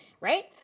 right